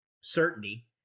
certainty